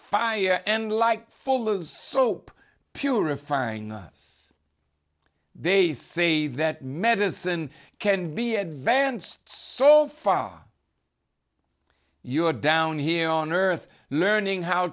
fire and light fuller's soap purifying us they say that medicine can be advanced so far you are down here on earth learning how